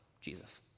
Jesus